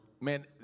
Man